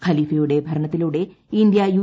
ഖലീഫയുടെ ഭരണത്തിലൂളട്ട India U